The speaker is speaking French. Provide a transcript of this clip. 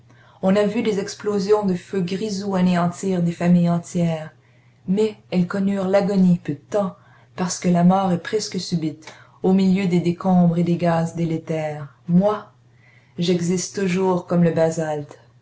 on a vu des explosions de feu grisou anéantir des familles entières mais elles connurent l'agonie peu de temps parce que la mort est presque subite au milieu des décombres et des gaz délétères moi j'existe toujours comme le basalte